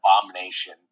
abomination